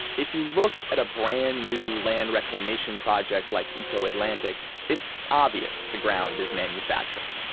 if you look at a brand new land reclamation project like eko atlantic, it's obvious the ground is manufactured.